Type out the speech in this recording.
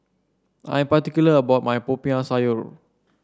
I'm particular about my Popiah Sayur